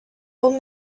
old